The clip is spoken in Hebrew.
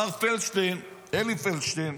מר פלדשטיין, אלי פלדשטיין